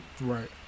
Right